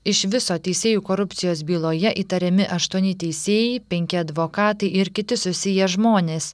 iš viso teisėjų korupcijos byloje įtariami aštuoni teisėjai penki advokatai ir kiti susiję žmonės